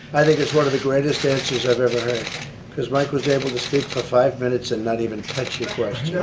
i think it's one of the greatest answers i've ever heard because mike was able to speak for five minutes and not even touch your question.